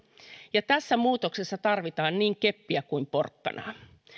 ja tässä muutoksessa tarvitaan niin keppiä kuin porkkanaa